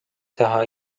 teha